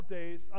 days